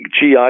GI